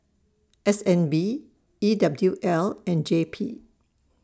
S N B E W L and J P